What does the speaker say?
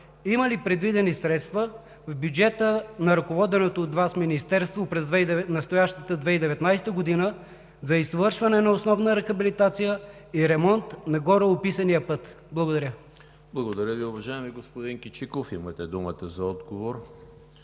има ли предвидени средства в бюджета на ръководеното от Вас Министерство през настоящата 2019 г. за извършване на основна рехабилитация и ремонт на гореописания път? Благодаря. ПРЕДСЕДАТЕЛ ЕМИЛ ХРИСТОВ: Благодаря Ви, уважаеми господин Кичиков. Имате думата за отговор,